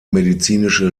medizinische